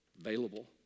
available